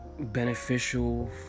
beneficial